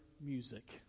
music